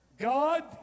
God